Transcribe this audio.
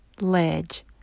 Ledge